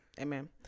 Amen